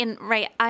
Right